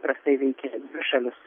prastai veikė šalis